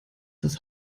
das